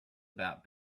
about